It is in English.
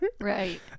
right